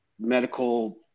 medical